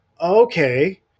okay